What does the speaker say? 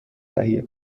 تهیه